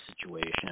situation